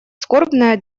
скорбное